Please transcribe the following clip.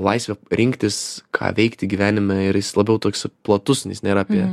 laisvę rinktis ką veikti gyvenime ir jis labiau toks platus nes nėra apie